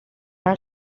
are